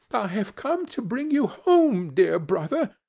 have come to bring you home, dear brother!